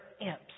imps